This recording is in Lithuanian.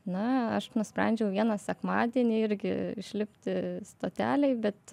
na aš nusprendžiau vieną sekmadienį irgi išlipti stotelėj bet